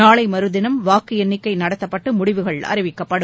நாளை மறுதினம் வாக்கு எண்ணிக்கை நடத்தப்பட்டு முடிவுகள் அறிவிக்கப்படும்